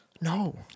No